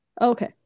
okay